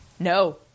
No